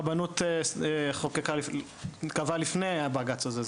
בגלל נוהל שהרבנות קבעה לפני הבג"צ הזה.